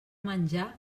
menjar